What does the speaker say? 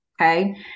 okay